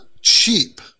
cheap